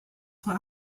for